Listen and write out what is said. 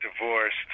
divorced